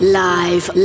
live